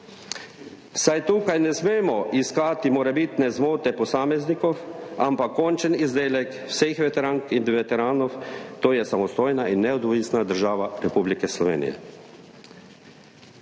Saj tukaj ne smemo iskati morebitne zmote posameznikov, ampak končni izdelek vseh veterank in veteranov, to je samostojna in neodvisna država Republika Slovenija.